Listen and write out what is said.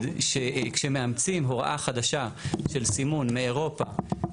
שכשמאמצים הוראה חדשה של סימון מאירופה,